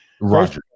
Right